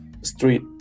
Street